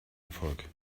erfolg